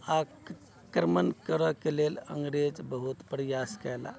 आक्रमण करऽ के लेल अंग्रेज बहुत प्रयास कएलाह